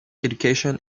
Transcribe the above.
education